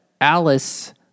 Alice